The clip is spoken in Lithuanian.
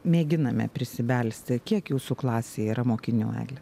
mėginame prisibelsti kiek jūsų klasėj yra mokinių egle